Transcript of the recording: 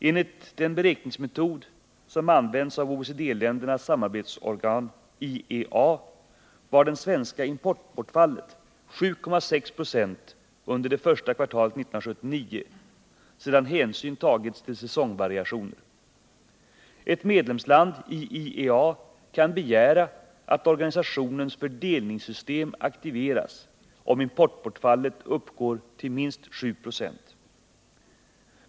Enligt den beräkningsmetod som används av OECD ländernas samarbetsorgan IEA var det svenska importbortfallet 7,6 26 under det första kvartalet 1979, sedan hänsyn tagits till säsongvariationer. Ett medlemsland i IEA kan begära att organisationens fördelningssystem aktiveras om importbortfallet uppgår till minst 7 96.